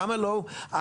למה לא אסתמה?